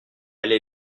allée